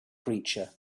creature